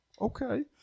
Okay